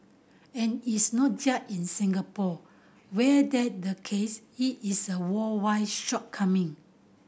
and it's not just in Singapore where that the case it is a worldwide shortcoming